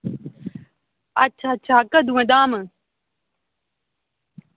अच्छा अच्छा कदूं ऐ धाम